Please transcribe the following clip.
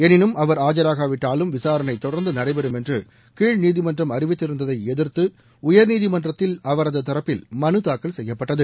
எனினும் அவர் ஆஜராகாவிட்டாலும் விசாரணை தொடர்ந்து நடைபெறும் என்று கீழ நீதிமன்றம் அறிவித்திருந்ததை எதிர்த்து உயர்நீதிமன்றத்தில் அவரது தரப்பில் மனு தாக்கல் செய்யப்பட்டது